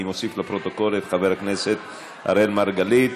אני מוסיף לפרוטוקול את חבר הכנסת אראל מרגלית.